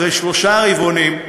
אחרי שלושה רבעונים,